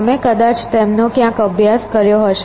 તમે કદાચ તેમનો ક્યાંક અભ્યાસ કર્યો હશે